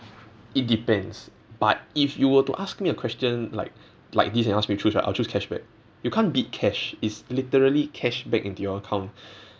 it depends but if you were to ask me a question like like this and ask me choose right I'll choose cashback you can't beat cash it's literally cash back into your account